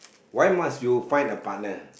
why must you find a partner